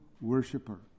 worshiper